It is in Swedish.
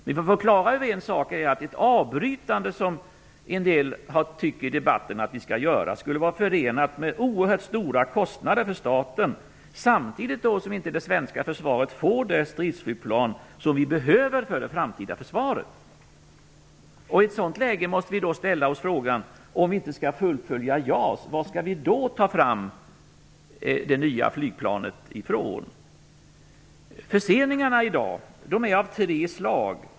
Vi får vara klara över att ett avbrytande, som en del förespråkar i debatten, skulle vara förenat med oerhört stora kostnader för staten, samtidigt som det svenska försvaret inte får det stridsflygplan som man behöver för det framtida försvaret. I ett sådant läge måste vi ställa oss frågan varifrån vi skall ta det nya flygplanet, om vi inte skall fullfölja JAS-projektet. Förseningarna i dag är av tre slag.